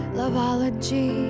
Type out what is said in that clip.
loveology